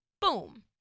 Boom